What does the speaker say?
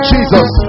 Jesus